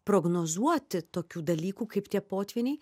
prognozuoti tokių dalykų kaip tie potvyniai